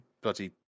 bloody